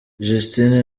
justine